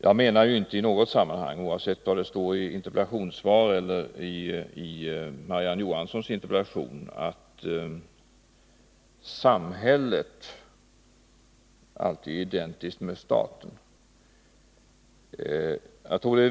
Jag menar inte — oavsett vad det står i interpellationssvaret eller i Marie-Ann Johanssons interpellation — att samhället alltid är identiskt med staten.